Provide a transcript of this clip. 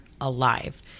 alive